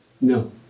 No